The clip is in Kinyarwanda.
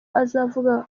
azavuga